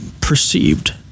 perceived